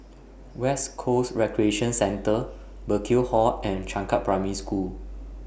West Coast Recreation Centre Burkill Hall and Changkat Primary School